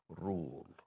rule